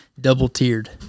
double-tiered